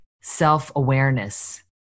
self-awareness